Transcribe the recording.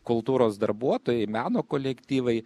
kultūros darbuotojai meno kolektyvai